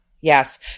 yes